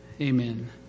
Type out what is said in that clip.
Amen